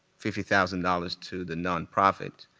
fifty thousand dollars to the nonprofits.